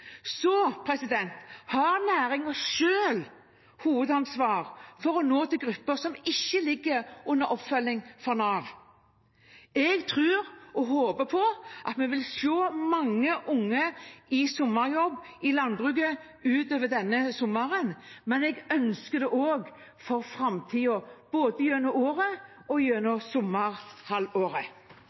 har hovedansvar for å nå ut til grupper som ikke ligger under oppfølging av Nav. Jeg tror og håper på at vi vil se mange unge i sommerjobb i landbruket utover denne sommeren, men jeg ønsker det også for framtiden – både gjennom året og gjennom